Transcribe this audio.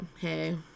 hey